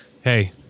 Hey